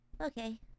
Okay